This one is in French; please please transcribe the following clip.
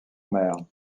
mère